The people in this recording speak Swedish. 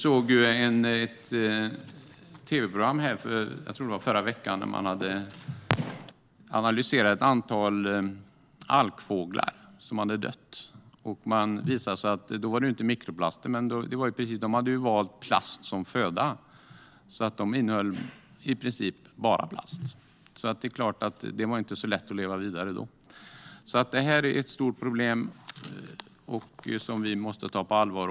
I ett tv-program - jag tror att det var förra veckan - talades det om att man hade analyserat ett antal alkfåglar som hade dött. De hade valt plast som föda och innehöll i princip bara plast. Då var det inte så lätt att leva vidare. Detta är alltså ett stort problem som vi måste ta på allvar.